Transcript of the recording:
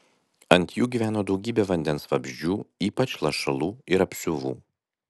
ant jų gyveno daugybė vandens vabzdžių ypač lašalų ir apsiuvų